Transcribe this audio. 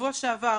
בשבוע שעבר